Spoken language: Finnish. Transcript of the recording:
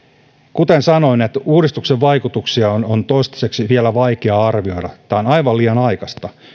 kuten sanoin näitten uudistusten vaikutuksia on on toistaiseksi vielä vaikea arvioida tämä on aivan liian aikaista